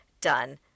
done